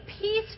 peace